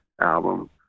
album